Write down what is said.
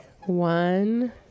One